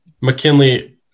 McKinley